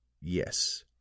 yes